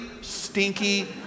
stinky